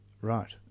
Right